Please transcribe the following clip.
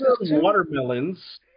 watermelons